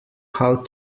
how